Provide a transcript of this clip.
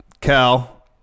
Cal